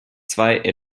zwei